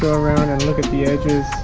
around and look at the edges